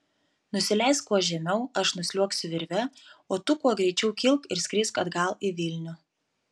nusileisk kuo žemiau aš nusliuogsiu virve o tu kuo greičiau kilk ir skrisk atgal į vilnių